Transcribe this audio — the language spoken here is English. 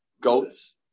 goats